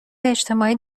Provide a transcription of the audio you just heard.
اجتماعی